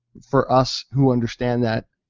for us who understand that,